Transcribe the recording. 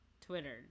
twitter